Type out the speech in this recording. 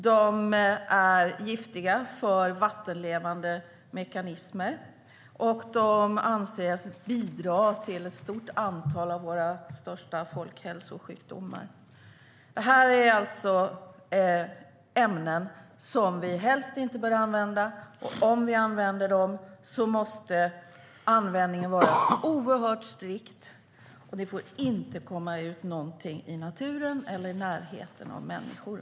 De är giftiga för vattenlevande mekanismer, och de anses bidra till ett stort antal av våra största folkhälsosjukdomar. Detta är alltså ämnen som vi helst inte bör använda, och om vi använder dem måste användningen vara oerhört strikt. Ingenting får komma ut i naturen eller i närheten av människor.